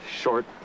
short